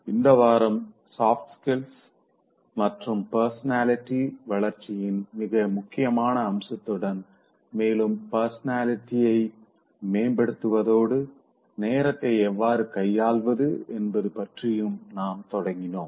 இந்த வாரம் soft skills மற்றும் பர்சனாலிட்டி வளர்ச்சியின் மிக முக்கியமான அம்சத்துடன் மேலும் பர்சனாலிட்டி மேம்படுத்துவதோடு நேரத்தை எவ்வாறு கையாள்வது என்பது பற்றியும் நாம் தொடங்கினோம்